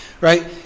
right